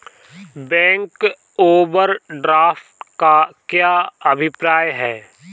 Bank overdraft का क्या अभिप्राय है?